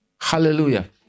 Hallelujah